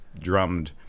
drummed